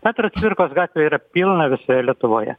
petro cvirkos gatvių yra pilna visoje lietuvoje